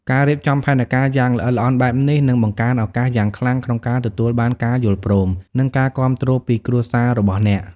ការរៀបចំផែនការយ៉ាងល្អិតល្អន់បែបនេះ នឹងបង្កើនឱកាសយ៉ាងខ្លាំងក្នុងការទទួលបានការយល់ព្រម និងការគាំទ្រពីគ្រួសាររបស់អ្នក។